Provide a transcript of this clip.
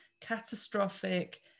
catastrophic